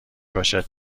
باشد